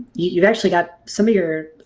you've actually got some of your